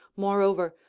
moreover,